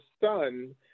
son